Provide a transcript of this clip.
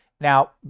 now